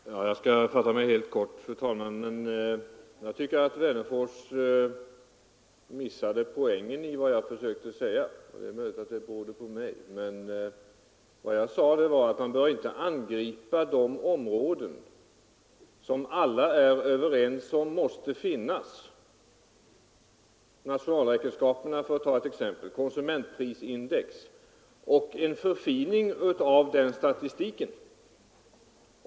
Fru talman! Jag skall fatta mig helt kort. Jag tycker att herr Wennerfors missade poängen i vad jag försökte säga — det är möjligt att det beror på mig. Vad jag sade var att man inte bör angripa den statistik som alla är överens om bör finnas, t.ex. nationalräkenskaperna och konsumentprisindex, och gå emot en förbättring av den statistiken.